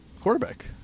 quarterback